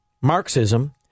Marxism